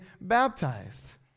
baptized